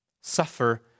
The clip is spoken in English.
suffer